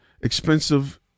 expensive